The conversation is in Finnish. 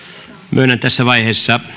myönnän tässä vaiheessa